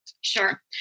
Sure